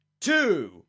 two